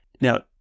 now